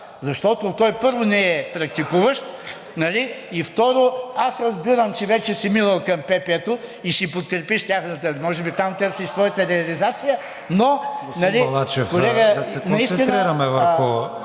защото той, първо, не е практикуващ, нали, и второ, аз разбирам, че вече си минал към ПП-то и ще подкрепиш тяхната – може би там търсиш своята реализация, но,